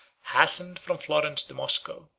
hastened from florence to moscow,